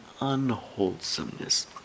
unwholesomeness